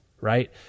right